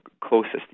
closest